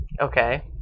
Okay